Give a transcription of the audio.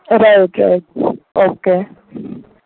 right right okay